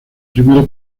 primera